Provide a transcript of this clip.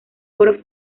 oro